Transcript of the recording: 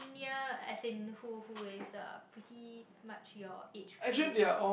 near as in who who is uh pretty much your age group